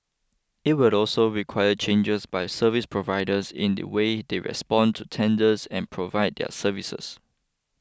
it will also require changes by service providers in the way they respond to tenders and provide their services